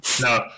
No